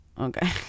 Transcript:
Okay